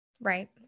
Right